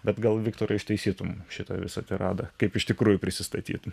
bet gal viktorai ištaisytum šitą visą tiradą kaip iš tikrųjų prisistatytum